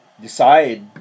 decide